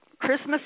Christmas